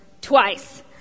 twice